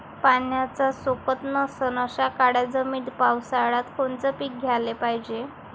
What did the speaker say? पाण्याचा सोकत नसन अशा काळ्या जमिनीत पावसाळ्यात कोनचं पीक घ्याले पायजे?